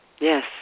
yes